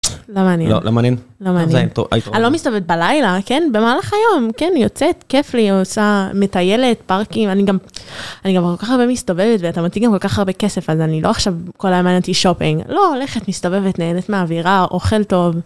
לא מעניין לא מעניין אני לא מסתובבת בלילה כן במהלך היום כן יוצאת כיף לי עושה מטיילת פארקים אני גם. אני גם מסתובבת ואתה מוציא גם כל כך הרבה כסף אז אני לא עכשיו כל היום הייתי שופינג לא הולכת מסתובבת נהנית מהאווירה אוכל טוב.